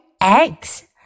eggs